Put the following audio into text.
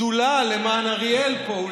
שדולה למען אריאל פה.